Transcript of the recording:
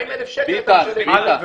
40 אלף שקלים אתה משלם --- אנשים